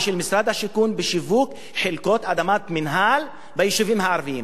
ושל משרד השיכון בשיווק חלקות אדמת מינהל ביישובים הערביים.